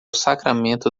sacramento